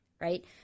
right